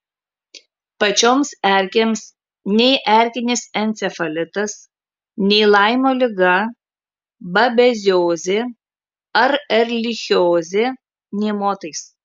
pačioms erkėms nei erkinis encefalitas nei laimo liga babeziozė ar erlichiozė nė motais